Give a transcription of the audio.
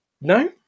No